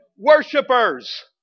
Worshippers